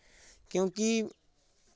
क्योंकि